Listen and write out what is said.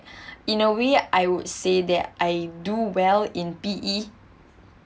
in a way I would say that I do well in P_E